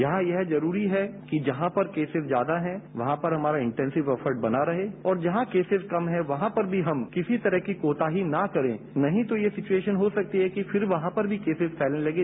यहां ये जरूरी है कि जहां पर एक्टिव केसल ज्यादा है यहां पर हमारा इंटोसिय एक्ट्स स्ना खे और जहां केसल कमहै वहां पर भी टम किसी तरह की कोताई न करे नही तो ये सिम्मुएशन हो सकती है फिर यहां पर भी केसज फैलने लगे